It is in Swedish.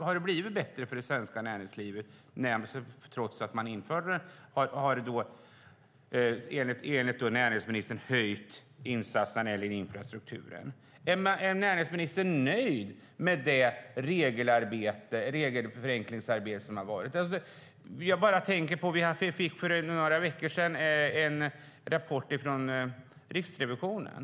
Har det blivit bättre för det svenska näringslivet sedan man enligt näringsministern ökat insatserna när det gäller infrastrukturen? Är näringsministern nöjd med det regelförenklingsarbete som har skett? Vi fick för några veckor sedan en rapport från Riksrevisionen.